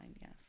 Yes